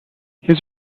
his